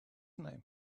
name